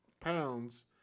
Pounds